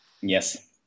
Yes